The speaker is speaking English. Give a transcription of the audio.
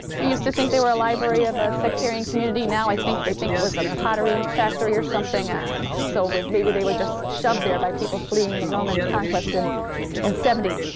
we used to think they were a library of a sectarian community now i think they think it was a pottery factory or something. and so maybe they were just shoved there by people fleeing the roman conquest in in seventy.